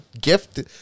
gift